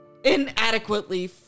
inadequately